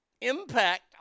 impact